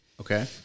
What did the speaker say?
Okay